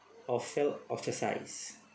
or felt ostracised